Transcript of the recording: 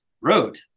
road